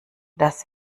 das